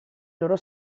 loro